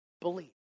believe